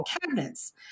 cabinets